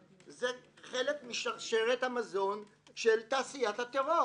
זה חלק משרשרת המזון של תעשיית הטרור.